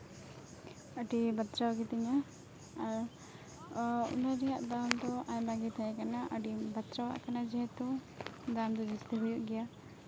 ᱟᱹᱰᱤ ᱵᱟᱛᱨᱟᱣ ᱜᱮᱛᱤᱧᱟ ᱟᱨ ᱚ ᱚᱱᱟ ᱨᱮᱭᱟᱜ ᱫᱟᱢ ᱫᱚ ᱟᱭᱢᱟ ᱜᱮ ᱛᱟᱦᱮᱠᱟᱱᱟ ᱟᱹᱰᱤ ᱵᱟᱛᱨᱟᱣᱟᱜ ᱠᱟᱱᱟ ᱡᱮᱦᱮᱛᱩ ᱫᱟᱢ ᱫᱚ ᱡᱟᱹᱥᱛᱤ ᱦᱩᱭᱩᱜ ᱜᱮᱭᱟ